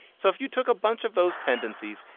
so if you took a bunch of those tendencies,